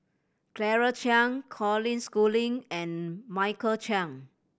Claire Chiang Colin Schooling and Michael Chiang